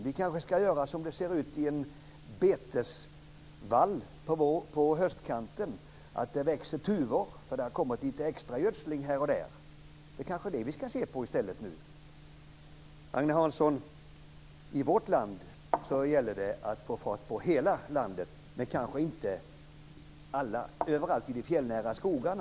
Vi kanske skall se på en betesvall på höstkanten. Där växer tuvor eftersom man har gödslat lite extra här och där. Det är kanske det som vi i stället skall göra nu. Agne Hansson! Det gäller att få fart på hela vårt land, men det kanske inte gäller överallt i de fjällnära skogarna.